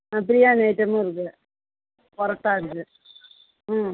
ஆ பிரியாணி ஐட்டமும் இருக்குது பொரோட்டா இருக்குது ம்